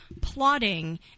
plotting